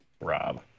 Rob